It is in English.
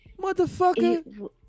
Motherfucker